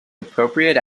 appropriate